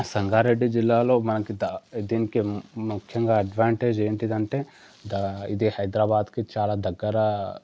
సంగారెడ్డి జిల్లాలో మనకి దా దీనికి ముఖ్యంగా అడ్వాంటేజ్ ఏంటంటే దా ఇది హైదరాబాద్కి చాలా దగ్గరా